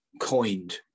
coined